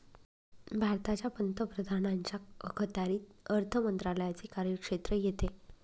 भारताच्या पंतप्रधानांच्या अखत्यारीत अर्थ मंत्रालयाचे कार्यक्षेत्र येते